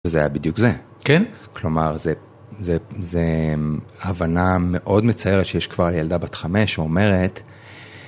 זה היה בדיוק זה, כלומר, זו הבנה מאוד מצערת שיש כבר ילדה בת חמש שאומרת